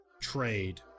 trade